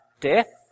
death